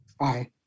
Aye